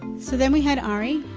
so then we had ari,